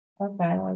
Okay